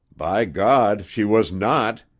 by god, she was not!